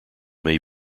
may